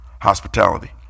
hospitality